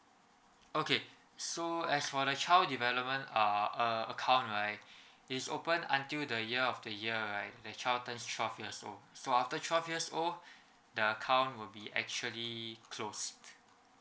okay so as for the child development uh a~ account right is open until the year of the year right the child turns twelve years old so after twelve years old the account will be actually close